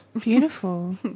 Beautiful